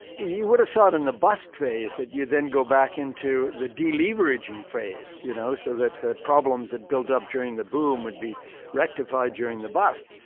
you would have thought in the bust phase that you then go back into the deleveraging phase, you know? so, that the problems that built up during the boom would be rectified during the bust.